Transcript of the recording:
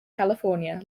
california